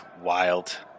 wild